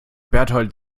bertold